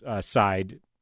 side